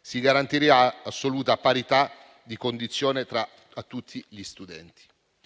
Si garantirà assoluta parità di condizione tra tutti gli studenti.